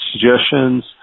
suggestions